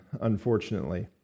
unfortunately